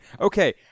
okay –